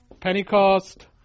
Pentecost